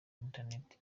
internet